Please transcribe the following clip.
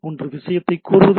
ஒன்று விஷயத்தை கோருவது